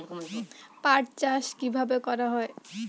পাট চাষ কীভাবে করা হয়?